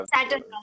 Saturn